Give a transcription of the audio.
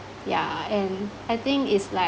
yeah and I think is like